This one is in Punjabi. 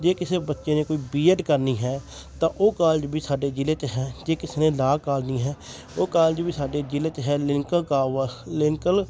ਜੇ ਕਿਸੇ ਬੱਚੇ ਨੇ ਕੋਈ ਬੀ ਐੱਡ ਕਰਨੀ ਹੈ ਤਾਂ ਉਹ ਕਾਲਜ ਵੀ ਸਾਡੇ ਜ਼ਿਲ੍ਹੇ 'ਚ ਹੈ ਜੇ ਕਿਸੇ ਨੇ ਲਾਅ ਕਰਨੀ ਹੈ ਉਹ ਕਾਲਜ ਵੀ ਸਾਡੇ ਜ਼ਿਲ੍ਹੇ 'ਚ ਹੈ ਲਿੰਕ ਕਾਵਾ ਲਿੰਕਲ